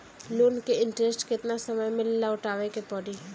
Loan के interest केतना समय में लौटावे के पड़ी?